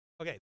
Okay